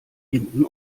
hinten